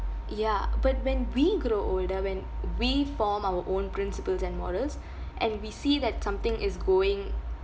ya but when we grow older when we form our own principles and models and we see that something is going